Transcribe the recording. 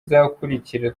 izakurikira